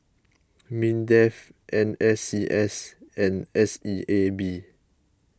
Mindef N S C S and S E A B